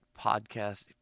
podcast